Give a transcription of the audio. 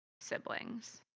siblings